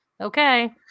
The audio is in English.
Okay